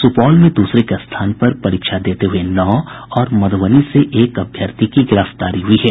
सुपौल में दूसरे के स्थान पर परीक्षा देते हुये नौ और मधुबनी से एक अभ्यर्थी की गिरफ्तारी हुई है